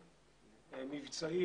מבצעי,